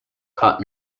caught